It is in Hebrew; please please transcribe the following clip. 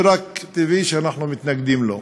ורק טבעי שאנחנו מתנגדים לו.